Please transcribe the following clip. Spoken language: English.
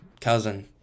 cousin